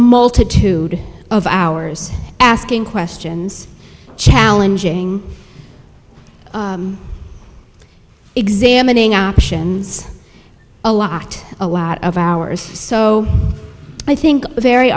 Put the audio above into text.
multitude of hours asking questions challenging examining options a lot a lot of hours so i think very